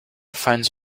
finds